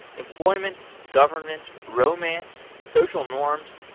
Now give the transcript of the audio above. employment, government, romance, social norms,